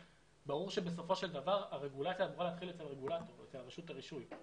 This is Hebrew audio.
ברור שבסופו של דבר הרגולציה אמורה להתחיל את הרגולציה על רשות הרישוי.